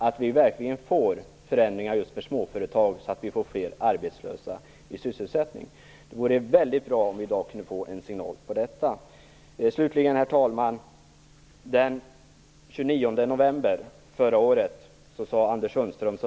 Blir det verkligen förändringar för småföretagen så att vi får fler arbetslösa i sysselsättning? Det vore väldigt bra om vi kunde få en signal om detta i dag. Herr talman! Den 29 november förra året förde jag en debatt med Anders Sundström.